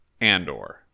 Andor